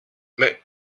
mais